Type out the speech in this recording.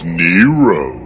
nero